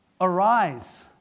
Arise